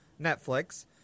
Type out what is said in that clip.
Netflix